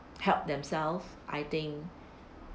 help themselves I think